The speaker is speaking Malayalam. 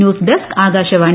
ന്യൂസ്ഡെസ്ക് ആകാശവാണി